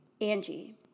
Angie